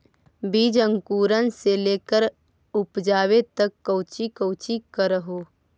बीज अंकुरण से लेकर उपजाबे तक कौची कौची कर हो?